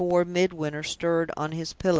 before midwinter stirred on his pillow,